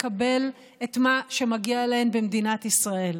לקבל את מה שמגיע להם במדינת ישראל.